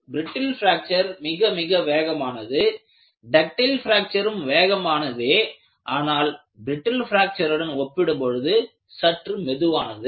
brittle fracture மிக மிக வேகமானது டக்ட்டில் பிராக்சரும் வேகமானதே ஆனால் பிரிட்டில் பிராக்சருடன் ஒப்பிடும் பொழுது சற்று மெதுவானது